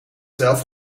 zelf